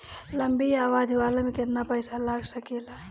लंबी अवधि वाला में केतना पइसा लगा सकिले?